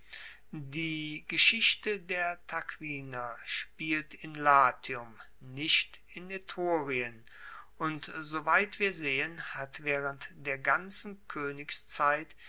die geschichte der tarquinier spielt in latium nicht in etrurien und soweit wir sehen hat waehrend der ganzen